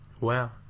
Wow